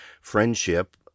friendship